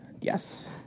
Yes